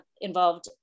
involved